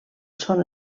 són